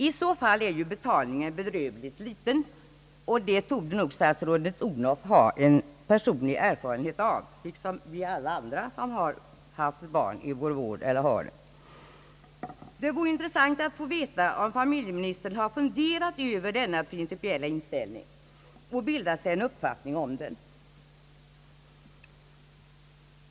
I så fall är ju betalningen bedrövligt liten; och det torde statsrådet Odhnoff ha en personlig erfarenhet av liksom alla vi andra som har eller har haft barn i vår vård. Det vore intres sant att få veta, om familjeministern har funderat över detta principiella problem och bildat sig en uppfattning om det.